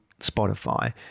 Spotify